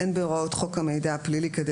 אין בהוראות חוק המידע הפלילי כדי